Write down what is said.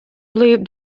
lived